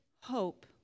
Hope